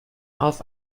auf